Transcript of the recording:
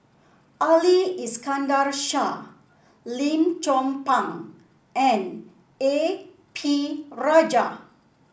Ali Iskandar Shah Lim Chong Pang and A P Rajah